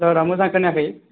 बारा मोजां खोनायाखै